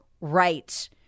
rights